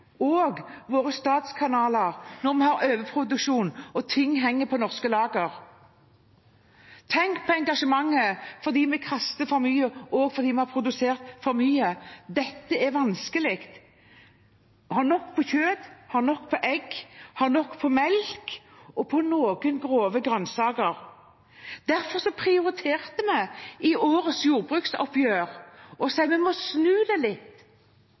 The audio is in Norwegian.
i våre statskanaler når vi har overproduksjon og ting henger på norske lagre. Tenk på engasjementet fordi vi kaster for mye, og fordi vi har produsert for mye. Det er vanskelig å ha nok kjøtt, nok egg, nok melk og nok av noen grove grønnsaker. Derfor prioriterte vi i årets jordbruksoppgjør å si at vi må snu litt på det,